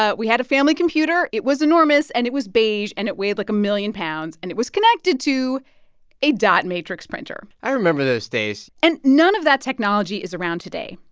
ah we had a family computer. it was enormous, and it was beige, and it weighed, like, a million pounds. and it was connected to a dot matrix printer i remember those days and none of that technology is around today.